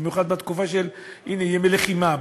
במיוחד בתקופה של ימי לחימה,